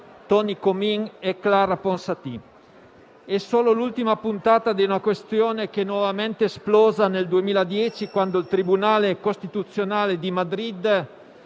Toni Comin e Clara Ponsati. È solo l'ultima puntata di una questione che è nuovamente esplosa nel 2010 quando il tribunale costituzionale di Madrid